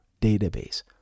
database